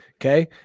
Okay